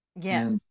Yes